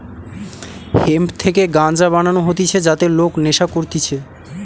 hemp থেকে গাঞ্জা বানানো হতিছে যাতে লোক নেশা করতিছে